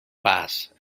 passed